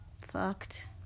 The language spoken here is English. Fucked